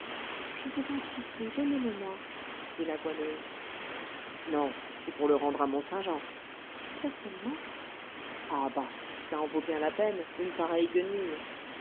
je vous en supplie donnez-le-moi dit la goualeuse non c'est pour le rendre à mont-saint-jean certainement ah bah ça en vaut bien la peine une pareille guenille